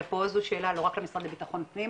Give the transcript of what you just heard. ופה זו שאלה לא רק למשרד לבטחון פנים,